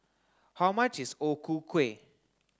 how much is O Ku Kueh